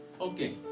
Okay